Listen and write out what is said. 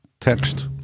text